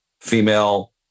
female